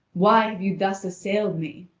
why have you thus assailed me?